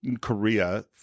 Korea